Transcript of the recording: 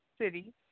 city